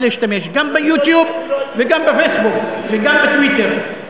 להשתמש גם ב-YouTube וגם בפייסבוק וגם בטוויטר.